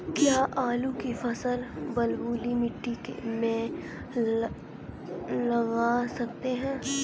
क्या आलू की फसल बलुई मिट्टी में लगा सकते हैं?